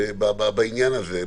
בעניין הזה.